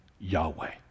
Yahweh